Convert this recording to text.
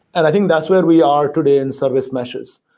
and i think that's where we are today in service meshes.